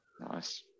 Nice